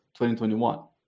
2021